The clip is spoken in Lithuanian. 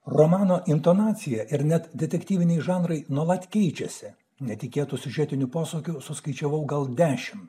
romano intonacija ir net detektyviniai žanrai nuolat keičiasi netikėtų siužetinių posūkių suskaičiavau gal dešimt